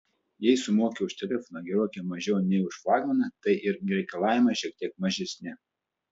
jei sumoki už telefoną gerokai mažiau nei už flagmaną tai ir reikalavimai šiek tiek mažesni